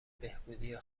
بهبودی